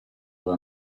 dove